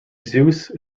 zeus